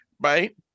right